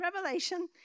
Revelation